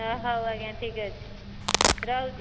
ହଁ ହଉ ଆଜ୍ଞା ଠିକ୍ ଅଛି ରହୁଛି